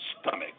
stomach